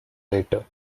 later